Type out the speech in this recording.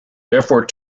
therefore